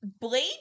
Blade